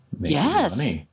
yes